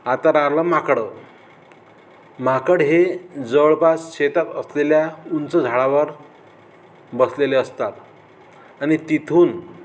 आता राहिलं माकडं माकड हे जवळपास शेतात असलेल्या उंच झाडावर बसलेले असतात आणि तिथून